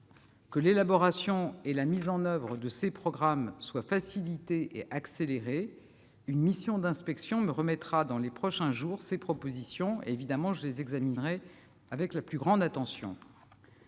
que l'élaboration et la mise en oeuvre de ces programmes soient facilitées et accélérées. Une mission d'inspection me remettra, dans les prochains jours, ses propositions à ce sujet. Je les examinerai évidemment avec la plus grande attention.